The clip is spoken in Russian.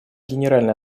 генеральной